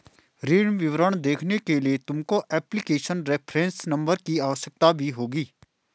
ऋण विवरण देखने के लिए तुमको एप्लीकेशन रेफरेंस नंबर की आवश्यकता भी होगी